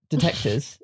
Detectors